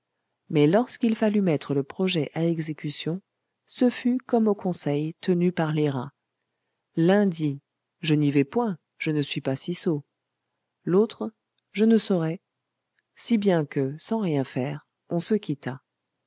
mais lorsqu'il fallut mettre le projet à exécution ce fut comme au conseil tenu par les rats l'un dit je n'y vais point je ne suis pas si sot l'autre je ne saurais si bien que sans rien faire on se quitta